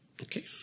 okay